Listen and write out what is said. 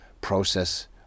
process